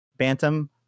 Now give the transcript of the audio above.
bantam